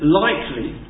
likely